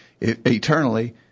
eternally